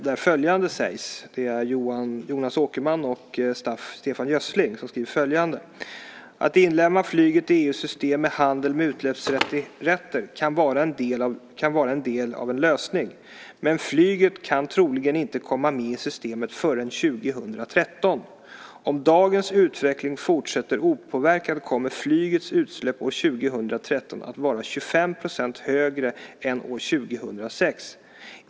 Där skriver Jonas Åkerman och Stefan Gössling följande: "Att inlemma flyget i EU:s system för handel med utsläppsrätter kan vara en del av en lösning. Men flyget kan troligen inte komma med i systemet förrän 2013. Om dagens utveckling fortsätter opåverkad kommer flygets utsläpp år 2013 att vara 25 procent högre än år 2006.